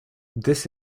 this